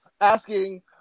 Asking